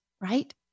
right